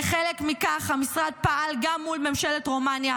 כחלק מכך המשרד פעל גם מול ממשלת רומניה,